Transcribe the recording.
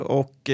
och